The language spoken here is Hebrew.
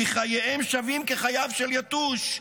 כי חייהם שווים כחייו של יתוש,